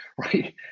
right